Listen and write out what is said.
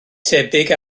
tebyg